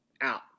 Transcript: out